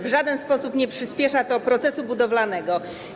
W żaden sposób nie przyspiesza to procesu budowlanego.